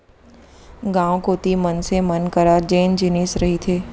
गाँव कोती मनसे मन करा जेन जिनिस रहिथे